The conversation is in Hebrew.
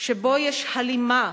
שבו יש הלימה